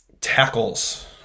tackles